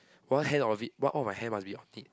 one hand of it why want my hair must be optic